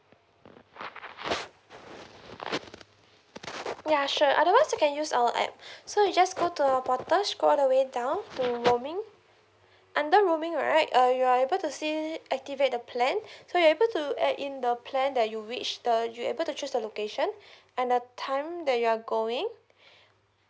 yeah sure otherwise you can use our app so you just go to our portal scroll all the way down to roaming under roaming right uh you are able to see activate the plan so you're able to add in the plan that you which the you able to choose the location and the time that you are going